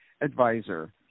advisor